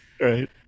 right